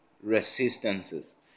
resistances